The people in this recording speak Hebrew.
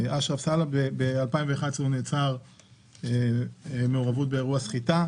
בגיל מעורבות באירוע סחיטה.